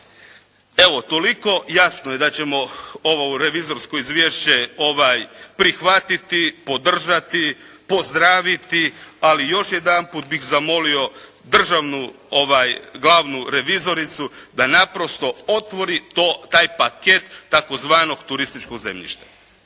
Evo toliko. Jasno je da ćemo ovo revizorsko izvješće prihvatiti, podržati, pozdraviti, ali još jedanput bih zamolio državnu glavnu revizoricu da naprosto otvori taj paket tzv. turističkog zemljišta.